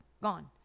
gone